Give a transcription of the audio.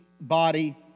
Body